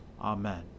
Amen